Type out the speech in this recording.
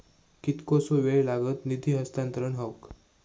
कितकोसो वेळ लागत निधी हस्तांतरण हौक?